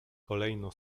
kolejno